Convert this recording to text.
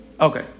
Okay